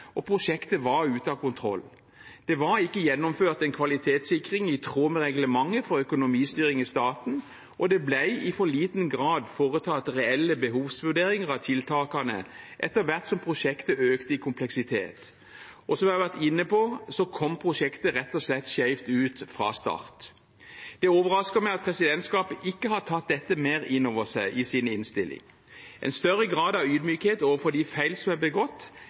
og prosjektet var ute av kontroll. Det var ikke gjennomført en kvalitetssikring i tråd med reglementet for økonomistyring i staten, og det ble i for liten grad foretatt reelle behovsvurderinger av tiltakene etter hvert som prosjektet økte i kompleksitet. Som jeg har vært inne på, kom prosjektet rett og slett skjevt ut fra start. Det overrasker meg at presidentskapet ikke har tatt dette mer inn over seg i sin innstilling. En større grad av ydmykhet overfor de feil som er begått,